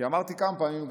כי אמרתי כמה פעמים,